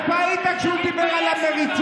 תתבייש לך, איפה היית כשהוא דיבר על המריצות?